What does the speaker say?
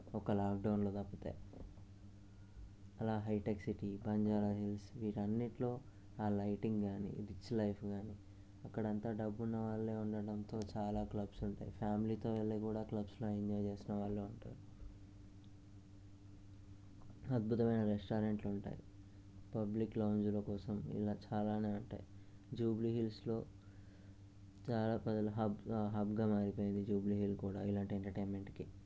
ఒక లాక్డౌన్లో తప్పితే అలా హైటెక్ సిటీ బంజారా హిల్స్ వీటి అన్నింటిలో ఆ లైటింగ్స్ కానీ రిచ్ లైఫ్ కానీ అక్కడ అంతా డబ్బు ఉన్న వాళ్ళు ఉండడంతో చాలా క్లబ్స్ ఫ్యామిలీతో వెళ్ళి కూడా క్లబ్స్లో ఎంజాయ్ చేసిన వాళ్ళు కూడా ఉంటారు అద్భుతమైన రెస్టారెంట్లు ఉంటాయి పబ్లిక్ లాంజుల కోసం ఇలా చాలా ఉంటాయి జూబ్లీహిల్స్లో చాలా ప్రజలకు హబ్ హబ్గా మారిపోయింది జూబ్లీహిల్స్ కూడా ఇలాంటి ఎంటర్టైన్మెంట్కి